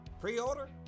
Pre-order